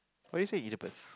why do you say